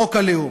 חוק הלאום,